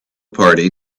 party